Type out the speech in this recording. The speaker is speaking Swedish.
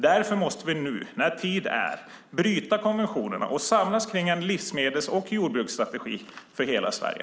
Därför måste vi nu, när tid är, bryta konventionerna och samlas kring en livsmedels och jordbruksstrategi för hela Sverige.